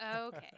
Okay